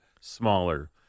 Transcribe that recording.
smaller